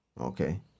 Okay